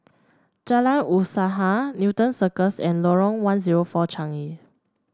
Jalan Usaha Newton Circus and Lorong one zero four Changi